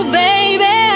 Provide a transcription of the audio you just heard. baby